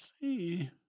See